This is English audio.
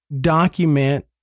document